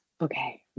Okay